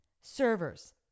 servers